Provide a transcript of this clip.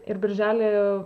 ir birželį